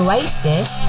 Oasis